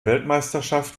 weltmeisterschaft